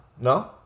No